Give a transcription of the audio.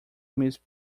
miss